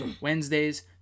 Wednesdays